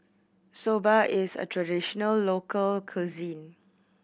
soba is a traditional local cuisine